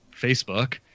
Facebook